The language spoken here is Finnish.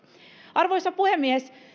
arvoisa puhemies